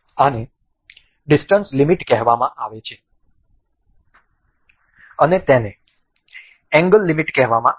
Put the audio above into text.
આને distance limit કહેવામાં આવે છે અને તેને એંગલ લિમિટ કહેવામાં આવે છે